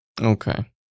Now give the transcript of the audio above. Okay